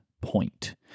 point